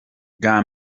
bwa